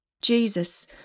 Jesus